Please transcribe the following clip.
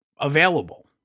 available